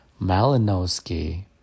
Malinowski